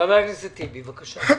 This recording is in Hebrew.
חבר הכנסת טיבי, בבקשה.